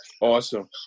Awesome